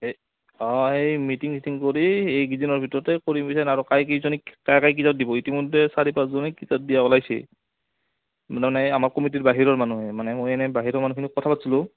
এই অঁ এই মিটিং চিটিং কৰি এইকেইদিনৰ ভিতৰতে কৰিম আৰু কাই কেইজনী দিব ইতিমধ্যে চাৰি পাঁচজনীক দিয়া ওলাইছে মানে আমাৰ কমিটিৰ বাহিৰৰ মানুহে মানে মই এনেই বাহিৰৰ মানুহখিনিক কথা পাতিছিলোঁ